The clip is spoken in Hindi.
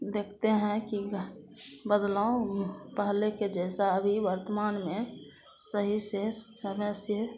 देखते हैं कि बदलाव पहले के जैसा अभी वर्तमान में सही से समय से